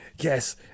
Yes